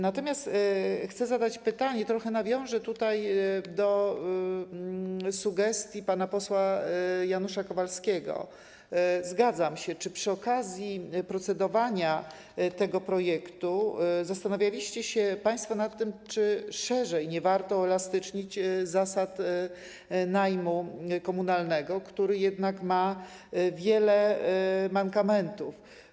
Natomiast chcę zadać pytanie - trochę nawiążę tutaj do sugestii pana posła Janusza Kowalskiego, zgadzam się - czy przy okazji procedowania nad tym projektem zastanawialiście się państwo nad tym, czy nie warto uelastycznić zasad najmu komunalnego, który jednak ma wiele mankamentów.